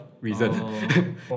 reason